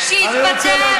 שיתפטר,